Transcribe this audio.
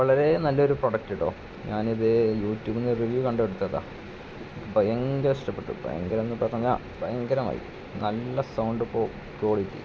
വളരേ നല്ലൊരു പ്രോഡക്റ്റ് കെട്ടോ ഞാനിത് യൂ ട്യൂബില്നിന്ന് റിവ്യൂ കണ്ട് എടുത്തതാണ് ഭയങ്കര ഇഷ്ടപ്പെട്ടു കെട്ടാ ഭയങ്കരമെന്നു പറഞ്ഞാല് ഭയങ്കരമായി നല്ല സൗണ്ടിപ്പോ ക്വാളിറ്റി